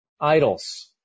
idols